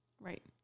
Right